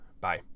Bye